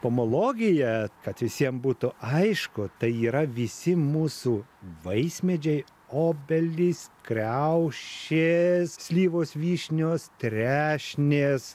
pomologija kad visiem būtų aišku tai yra visi mūsų vaismedžiai obelys kriaušės slyvos vyšnios trešnės